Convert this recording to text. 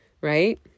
right